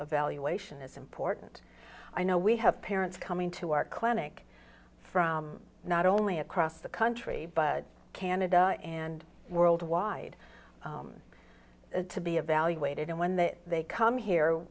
evaluation is important i know we have parents coming to our clinic from not only across the country but canada and worldwide to be evaluated and when they come here